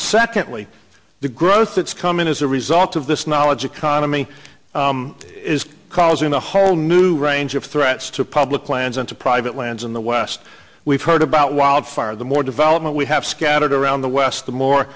secondly the growth that's come in as a result of this knowledge economy is causing a whole new range of threats to public lands and to private lands in the west heard about wildfire the more development we have scattered around the west the more